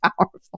powerful